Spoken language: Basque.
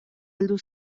heldu